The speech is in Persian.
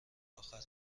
آخر